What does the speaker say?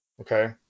okay